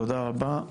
תודה רבה,